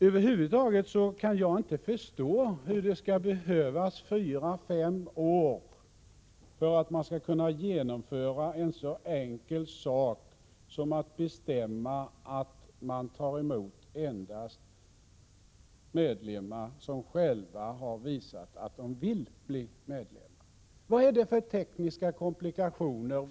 Över huvud taget kan jag inte förstå hur det skall behövas fyra fem år för att genomföra en så enkel sak som att bestämma att man tar emot som medlemmar endast enskilda som har visat att de vill bli medlemmar. Vad finns det för tekniska komplikationer?